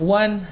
one